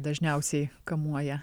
dažniausiai kamuoja